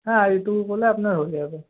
হ্যাঁ এটুকু করলে আপনার হয়ে যাবে